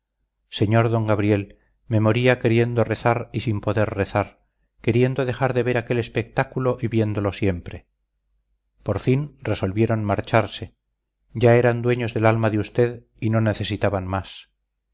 sr d gabriel me moría queriendo rezar y sin poder rezar queriendo dejar de ver aquel espectáculo y viéndolo siempre por fin resolvieron marcharse ya eran dueños del alma de usted y no necesitaban más